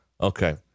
Okay